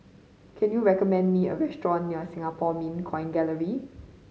can you recommend me a restaurant near Singapore Mint Coin Gallery